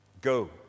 Go